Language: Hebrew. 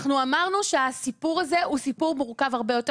אנחנו אמרנו שהסיפור הזה הוא סיפור מורכב הרבה יותר.